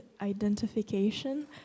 identification